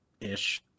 ish